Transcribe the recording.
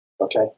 okay